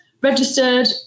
registered